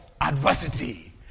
adversity